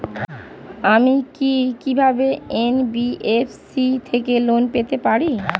আমি কি কিভাবে এন.বি.এফ.সি থেকে লোন পেতে পারি?